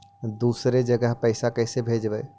दुसरे जगह पैसा कैसे भेजबै?